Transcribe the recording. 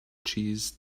cheese